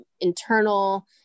internal